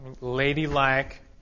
ladylike